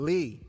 Lee